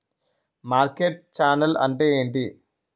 Market channel అంటే ఏమిటి?